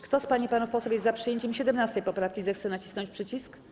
Kto z pań i panów posłów jest za przyjęciem 17. poprawki, zechce nacisnąć przycisk.